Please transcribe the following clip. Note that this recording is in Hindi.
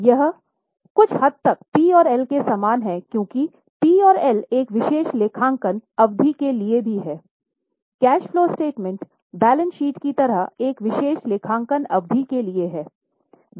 यह कुछ हद तक P और L के समान है क्योंकि P और L एक विशेष लेखांकन अवधि के लिए भी है cash flow statement balance sheet की तरह एक विशेष लेखांकन अवधि के लिए है